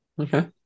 Okay